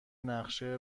نقشه